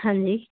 ਹਾਂਜੀ